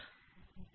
7520